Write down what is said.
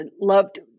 loved